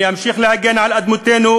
אני אמשיך להגן על אדמותינו,